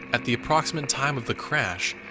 at the approximate time of the crash,